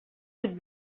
would